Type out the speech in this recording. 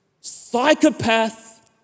psychopath